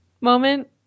moment